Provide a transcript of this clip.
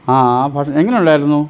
ആ ഭക്ഷണം എങ്ങനുണ്ടായിരുന്നു